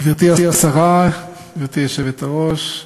גברתי היושבת-ראש,